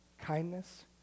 kindness